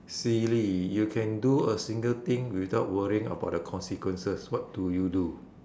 silly you can do a single thing without worrying about the consequences what do you do